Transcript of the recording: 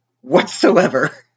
Whatsoever